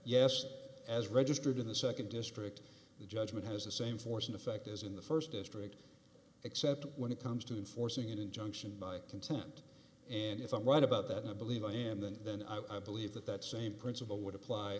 yes as registered in the second district the judgment has the same force in effect as in the first district except when it comes to enforcing an injunction by consent and if i'm right about that i believe in him than than i believe that that same principle would apply